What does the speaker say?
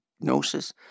diagnosis